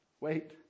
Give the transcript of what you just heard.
Wait